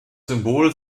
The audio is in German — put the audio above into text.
symbol